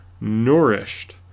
nourished